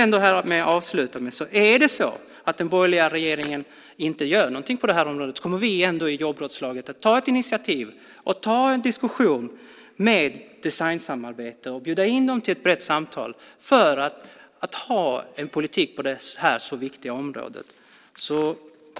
Om den borgerliga regeringen inte gör något på det här området kommer vi i jobbrådslaget ändå att ta initiativ och ta en diskussion om designsamarbete och bjuda in till ett brett samtal för att få en politik på det här viktiga området.